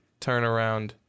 turnaround